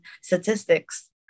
statistics